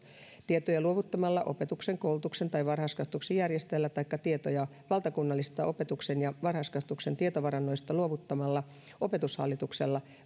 tietoja luovuttavalla opetuksen koulutuksen tai varhaiskasvatuksen järjestäjällä taikka tietoja valtakunnallisista opetuksen ja varhaiskasvatuksen tietovarannoista luovuttavalla opetushallituksella